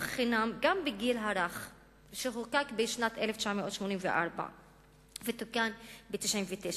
שחוקק בשנת 1984 ותוקן ב-1999,